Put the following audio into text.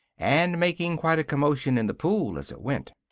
and making quite a commotion in the pool as it went.